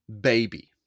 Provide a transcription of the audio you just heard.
baby